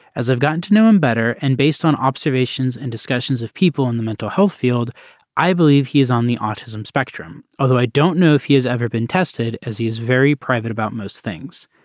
as i've gotten to know him better and based on observations and discussions of people in the mental health field i believe he is on the autism spectrum although i don't know if he has ever been tested as he is very private about most things.